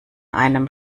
einem